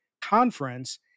Conference